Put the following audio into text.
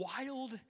wild